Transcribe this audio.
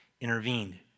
intervened